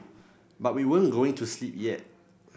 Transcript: but we weren't going to sleep yet